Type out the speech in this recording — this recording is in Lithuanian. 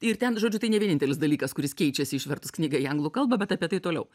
ir ten žodžiu tai ne vienintelis dalykas kuris keičiasi išvertus knygą į anglų kalbą bet apie tai toliau